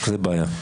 זו בעיה...